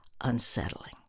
unsettling